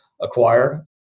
acquire